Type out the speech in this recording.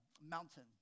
mountain